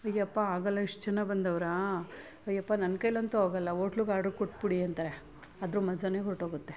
ಅಯ್ಯಪ್ಪ ಆಗೋಲ್ಲ ಇಷ್ಟು ಜನ ಬಂದವ್ರಾ ಅಯ್ಯಪ್ಪ ನನ್ನ ಕೈಯ್ಯಲ್ಲಂತೂ ಆಗೋಲ್ಲ ಓಟ್ಲುಗೆ ಆರ್ಡ್ರ್ ಕೊಟ್ಬಿಡಿ ಅಂತಾರೆ ಅದ್ರ ಮಝಾನೇ ಹೊರಟೋಗುತ್ತೆ